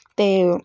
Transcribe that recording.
ਅਤੇ